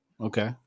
Okay